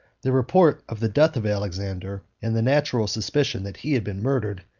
the report of the death of alexander, and the natural suspicion that he had been murdered,